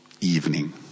evening